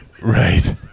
Right